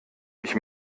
ich